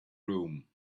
room